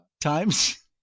Times